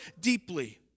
deeply